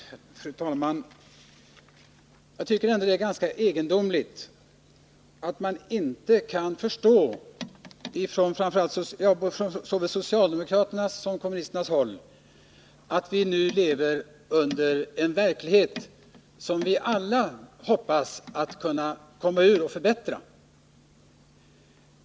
Fru talman! Jag tycker ändå det är ganska egendomligt att man inte, vare sig från socialdemokraternas eller kommunisternas håll, kan förstå att vi nu lever i en verklighet som vi alla hoppas kunna komma ur och förbättra.